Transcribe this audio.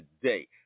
today